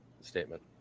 statement